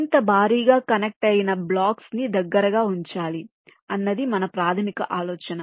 మరింత భారీగా కనెక్టయిన బ్లాక్స్ ని దగ్గరగా ఉంచాలి అన్నది మన ప్రాథమిక ఆలోచన